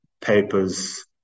papers